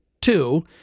two